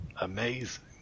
amazing